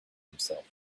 himself